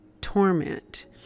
torment